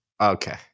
Okay